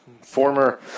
former